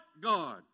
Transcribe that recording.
God